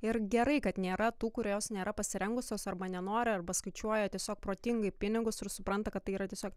ir gerai kad nėra tų kurios nėra pasirengusios arba nenori arba skaičiuoja tiesiog protingai pinigus ir supranta kad tai yra tiesiog